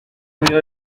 amiga